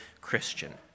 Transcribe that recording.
Christian